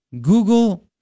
Google